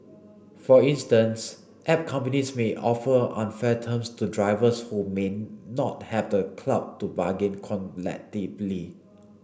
for instance app companies may offer unfair terms to drivers who may not have the clout to bargain collectively